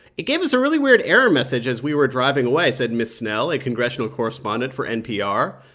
it gave us a really weird error message as we were driving away, said ms. snell, a congressional correspondent for npr.